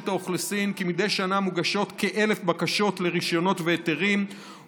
האוכלוסין כי מדי שנה מוגשות כ-1,000 בקשות לרישיונות והיתרים,